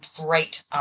great